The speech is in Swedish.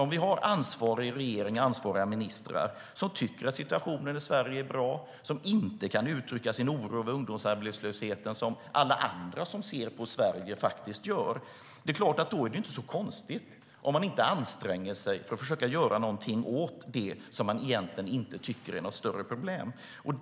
Om vi har en ansvarig regering och ansvariga ministrar som tycker att situationen i Sverige är bra och som inte kan uttrycka sin oro över ungdomsarbetslösheten, vilket alla andra som ser på Sverige gör, är det inte så konstigt om de inte anstränger sig för att försöka göra någonting åt det. De tycker egentligen inte att det är något större problem.